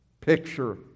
picture